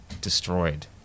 destroyed